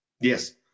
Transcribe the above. Yes